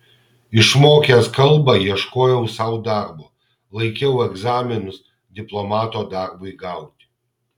išmokęs kalbą ieškojau sau darbo laikiau egzaminus diplomato darbui gauti